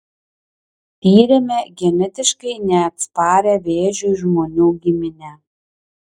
tyrėme genetiškai neatsparią vėžiui žmonių giminę